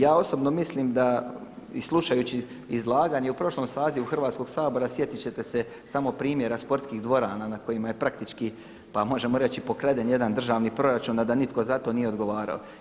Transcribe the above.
Ja osobno mislim da i slušajući izlaganje u prošlom sazivu Hrvatskog sabora sjetit ćete se samo primjera sportskih dvorana na kojima je praktički pa možemo reći pokraden jedan državni proračun, a da nitko za to nije odgovarao.